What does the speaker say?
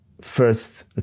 first